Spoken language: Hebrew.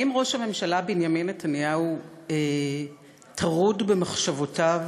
האם ראש הממשלה בנימין נתניהו טרוד במחשבותיו